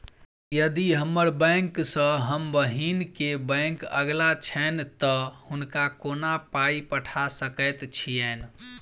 यदि हम्मर बैंक सँ हम बहिन केँ बैंक अगिला छैन तऽ हुनका कोना पाई पठा सकैत छीयैन?